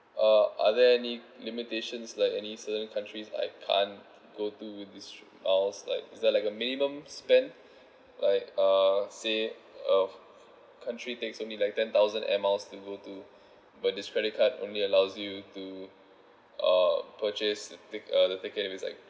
uh are there any limitations like any certain countries I can't go to with this miles like is there like a minimum spend like uh say of country takes for me like ten thousand air miles to go to but this credit card only allows you to uh purchase the tick~ uh the tickets with like